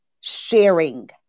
sharing